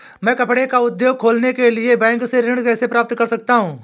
मैं कपड़े का उद्योग खोलने के लिए बैंक से ऋण कैसे प्राप्त कर सकता हूँ?